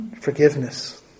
forgiveness